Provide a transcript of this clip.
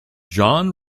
john